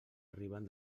arriben